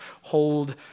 hold